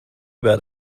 bad